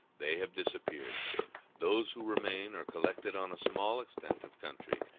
they have disappeared those who remain are collected on a small extent of country,